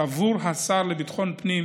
סבור השר לביטחון הפנים